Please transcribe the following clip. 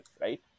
right